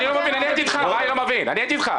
הייתי איתך מה אני לא מבין, אני עבדתי איתך.